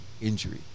injury